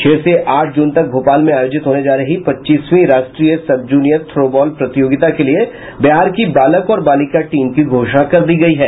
छह से आठ जून तक भोपाल में आयोजित होने जा रही पच्चीसवीं राष्ट्रीय सब जूनियर थ्रो बॉल प्रतियोगिता के लिये बिहार की बालक और बालिका टीम की घोषणा कर दी गयी है